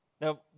Now